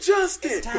Justin